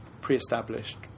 pre-established